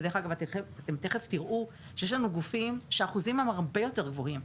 ותיכף תראו שיש לנו גופים שהאחוזים הם הרבה יותר גבוהים,